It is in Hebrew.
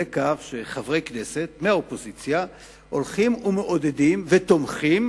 כך שחברי כנסת מהאופוזיציה הולכים ומעודדים ותומכים